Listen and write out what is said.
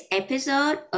episode